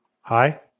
Hi